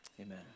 Amen